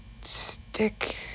stick